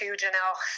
janelle